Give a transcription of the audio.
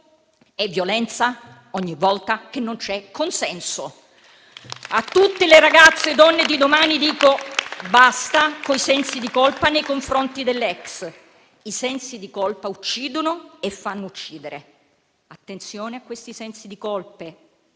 è violenza ogni volta che non c'è consenso. A tutte le ragazze, donne di domani, dico: basta con i sensi di colpa nei confronti dell'ex; i sensi di colpa uccidono e fanno uccidere. Attenzione a questi sensi di colpa,